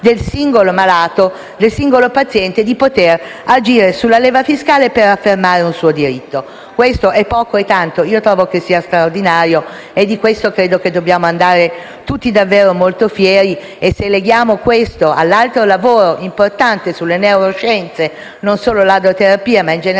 del singolo malato e del singolo paziente di poter agire sulla leva fiscale per affermare un suo diritto. Questo è poco? È tanto? Io trovo che sia straordinario e credo che ne dobbiamo andare tutti davvero molto fieri. Se leghiamo questo elemento all'altro importante lavoro sulle neuroscienze (non solo l'adroterapia, ma - in generale